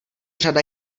řada